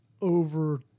over